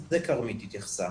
לזה כרמית התייחסה,